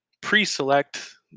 pre-select